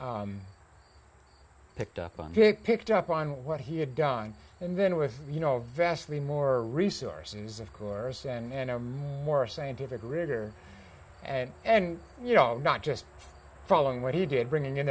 picked up on he picked up on what he had done and then with you know vastly more resources of course and more scientific rigor and and you know not just following what he did bringing in